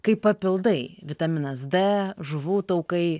kaip papildai vitaminas d žuvų taukai